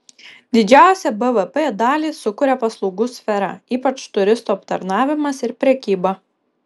didžiausią bvp dalį sukuria paslaugų sfera ypač turistų aptarnavimas ir prekyba